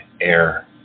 air